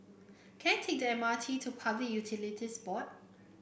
can I take the M R T to Public Utilities Board